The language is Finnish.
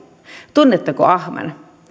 tunnetteko ahman